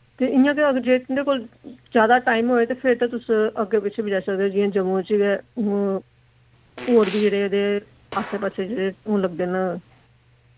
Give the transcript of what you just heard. ते इ'यां गै अगर जे तुंदे कोल जैदा टाइम होए ते फिर ते तुस अग्गे पिच्छे वी जाई सकदे ओ जि'यां जम्मू च गै और बी जेह्ड़े जेह्ड़े आसै पास्सै जेह्ड़े ओह् लगदे न